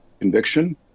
conviction